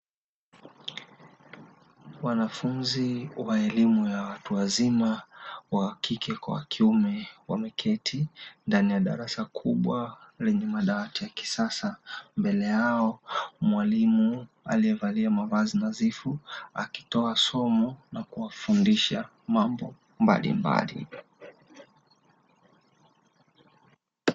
Wanafunzi wa elimu ya watu wazima wa kike kwa wa kiume, wameketi ndani ya darasa kubwa lenye madawati ya kisasa. Mbele yao mwalimu aliyevalia mavazi nadhifu akitoa somo na kuwafundisha mambo mbalimbali.